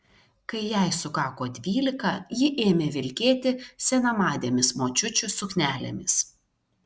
kai jai sukako dvylika ji ėmė vilkėti senamadėmis močiučių suknelėmis